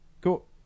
Cool